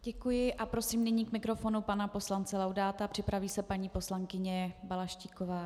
Děkuji a prosím nyní k mikrofonu pana poslance Laudáta, připraví se paní poslankyně Balaštíková.